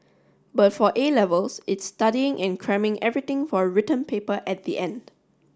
but for A Levels it's studying and cramming everything for a written paper at the end